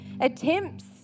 attempts